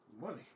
Money